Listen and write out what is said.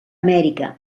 amèrica